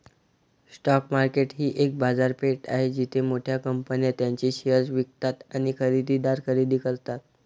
stock market ही एक बाजारपेठ आहे जिथे मोठ्या कंपन्या त्यांचे शेअर्स विकतात आणि खरेदीदार खरेदी करतात